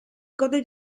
gode